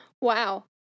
Wow